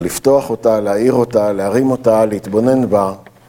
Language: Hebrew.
לפתוח אותה, להעיר אותה, להרים אותה, להתבונן בה